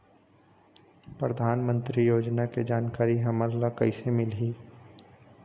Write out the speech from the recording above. परधानमंतरी योजना के जानकारी हमन ल कइसे मिलही?